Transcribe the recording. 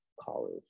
college